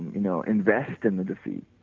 you know, invest in the defeat,